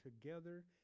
together